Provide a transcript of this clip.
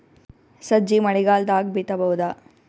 ಸಜ್ಜಿ ಮಳಿಗಾಲ್ ದಾಗ್ ಬಿತಬೋದ?